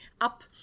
up